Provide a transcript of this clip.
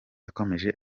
yakomeje